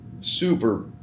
super